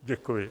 Děkuji.